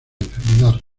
enfermedad